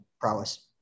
prowess